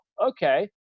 okay